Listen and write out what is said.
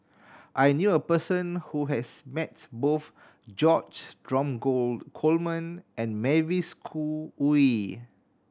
I knew a person who has met both George Dromgold Coleman and Mavis Khoo Oei